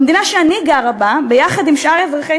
במדינה שאני גרה בה ביחד עם שאר אזרחי